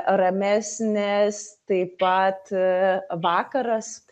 ramesnės taip pat vakaras